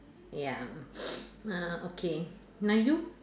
ya uh okay now you